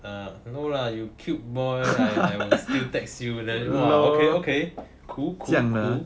ah no lah you cute boy I will still text you then okay okay cool cool cool